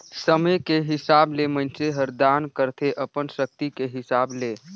समे के हिसाब ले मइनसे हर दान करथे अपन सक्ति के हिसाब ले